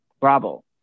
Bravo